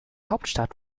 hauptstadt